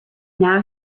now